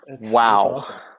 Wow